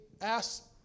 asked